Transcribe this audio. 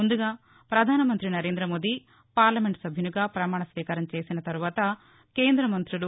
ముందుగా ప్రధానమంత్రి నరేంద్రమోదీ పార్లమెంట్ సభ్యునిగా ప్రమాణ స్వీకారం చేసిన తర్వాత కేంద్ర మంత్రులు